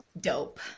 DOPE